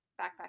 backpack